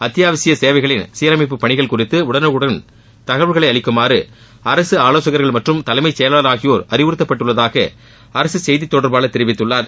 அத்தியாவசிய சேவைகளின் சீரமைப்பு பணிகள் குறித்து உடனுக்குடன் தகவல்களை அளிக்குமாறு அரசு ஆலோசகர்கள் மற்றும் தலைமைச் செயலாளர் ஆகியோர் அறிவுறுத்தப்பட்டுள்ளதாக அரசு செய்தி தொடர்பாளர் தெரிவித்துள்ளார்